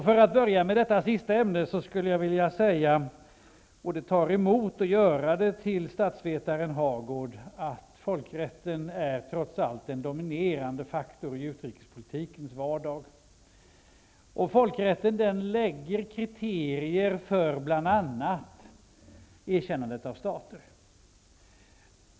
För att börja med det sista ämnet skulle jag vilja säga -- och det tar emot att behöva göra det -- till statsvetaren Hagård att folkrätten trots allt är den dominerande faktorn i utrikespolitikens vardag. Folkrätten fastlägger kriterier för bl.a. erkännandet av stater.